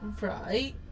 right